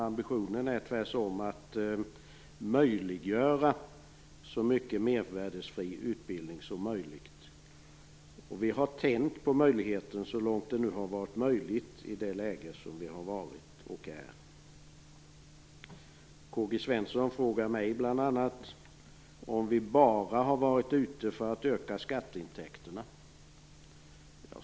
Ambitionen är tvärtom att möjliggöra så mycket mervärdesskattebefriad utbildning som möjligt. Vi har tänkt på möjligheten så långt det gått i det läge som vi varit i, och som vi fortfarande befinner oss i. K-G Svensson frågade mig bl.a. om vi bara varit ute efter att öka skatteintäkterna.